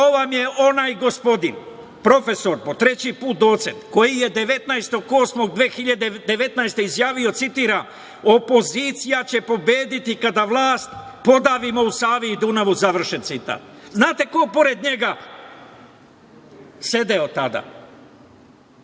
vam je onaj gospodin, profesor, po treći put, docent, koji je 19.8.2019. godine izjavio, citiram: „opozicija će pobediti kada vlast podavimo u Savi i Dunavu“, završen citat. Znate ko je pored njega sedeo tada?